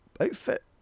outfit